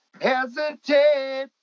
hesitate